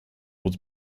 was